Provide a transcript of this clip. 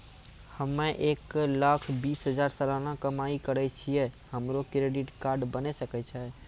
हम्मय एक लाख बीस हजार सलाना कमाई करे छियै, हमरो क्रेडिट कार्ड बने सकय छै?